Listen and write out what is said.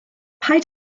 paid